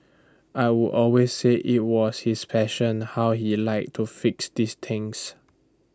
I would always say IT was his passion how he liked to fix these things